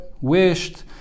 wished